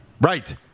Right